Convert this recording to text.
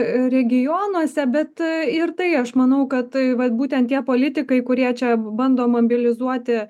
regionuose bet ir tai aš manau kad vat būtent tie politikai kurie čia bando mobilizuoti